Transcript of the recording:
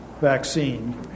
vaccine